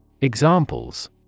Examples